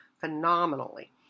phenomenally